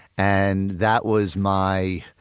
and that was my,